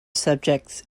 subjects